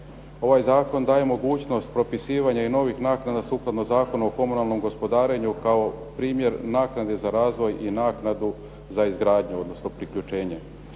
Ovaj zakon daje mogućnost propisivanja i novih naknada sukladno Zakonu o komunalnom gospodarenju kao primjer naknade za razvoj i naknadu za izgradnju, odnosno priključenje.